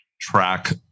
track